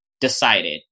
decided